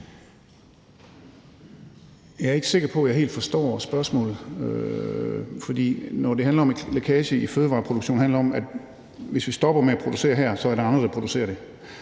Jeg er ikke sikker på, at jeg helt forstår spørgsmålet, for når det handler om lækage i fødevareproduktionen, handler det om, at hvis vi stopper med at producere her, er der andre, der vil producere det,